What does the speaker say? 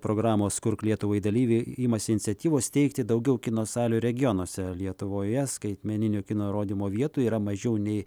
programos kurk lietuvai dalyviai imasi iniciatyvos steigti daugiau kino salių regionuose lietuvoje skaitmeninio kino rodymo vietų yra mažiau nei